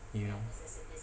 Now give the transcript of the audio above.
ya